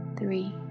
three